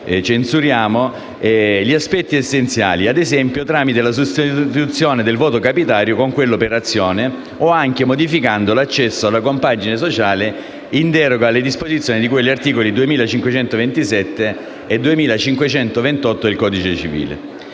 censuriamo) gli aspetti essenziali, ad esempio tramite la sostituzione del voto capitario con quello per azione, o anche modificando l'accesso alla compagine sociale in deroga alle disposizioni di cui agli articoli 2527 e 2528 del codice civile.